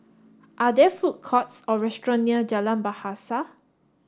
are there food courts or restaurants near Jalan Bahasa